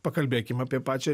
pakalbėkim apie pačią